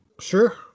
Sure